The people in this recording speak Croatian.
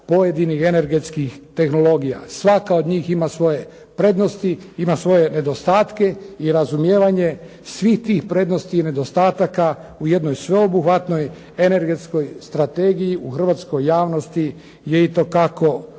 pojedinih energetskih tehnologija. Svaka od njih ima svoje prednosti, ima svoje nedostatke i razumijevanje svih tih prednosti i nedostataka u jednoj sveobuhvatnoj energetskoj strategiji u hrvatskoj javnosti je itekako važno.